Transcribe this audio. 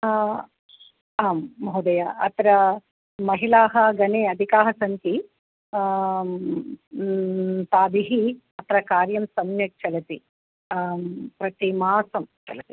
आम् महोदय अत्र महिलाः गणे अधिकाः सन्ति ताभिः अत्र कार्यं सम्यक् चलति प्रतिमासं चलति